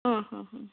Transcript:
ಹಾಂ ಹಾಂ ಹಾಂ